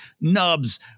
nubs